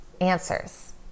Answers